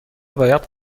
باید